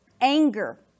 anger